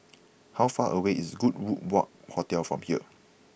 how far away is Goodwood walk Hotel from here